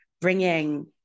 bringing